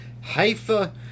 Haifa